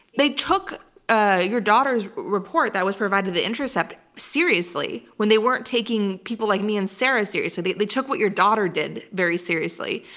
they took ah your daughter's report that was provided to the intercept seriously, when they weren't taking people like me and sarah seriously. they they took what your daughter did very seriously,